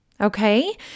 okay